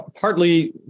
Partly